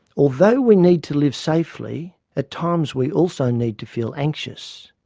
although we need to live safely, at times we also need to feel anxious.